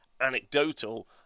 anecdotal